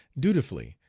dutifully,